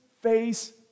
face